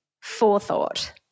forethought